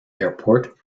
airport